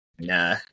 Nah